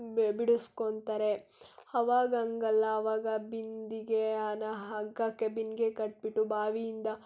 ಬ ಬಿಡಿಸ್ಕೊತಾರೆ ಅವಾಗ ಹಂಗಲ್ಲ ಅವಾಗ ಬಿಂದಿಗೆ ಅನಾ ಹಗ್ಗಕ್ಕೆ ಬಿಂದಿಗೆ ಕಟ್ಬಿಟ್ಟು ಬಾವಿಯಿಂದ